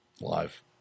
Live